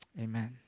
amen